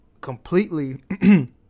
completely